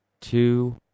two